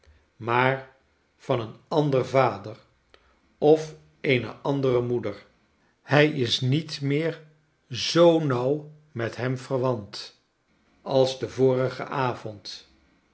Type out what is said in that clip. maar van een ander vader of eene andere moeder hij isnietmeer zoo nauw met hem verwant als den vorigen avond